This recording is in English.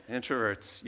Introverts